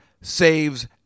saves